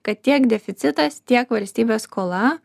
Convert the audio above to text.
kad tiek deficitas tiek valstybės skola